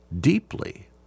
deeply